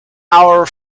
our